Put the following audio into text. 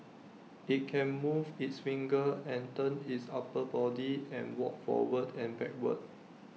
IT can move its fingers and turn its upper body and walk forward and backward